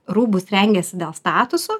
rūbus rengiasi dėl statuso